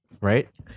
Right